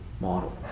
model